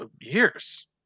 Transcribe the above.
years